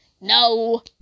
no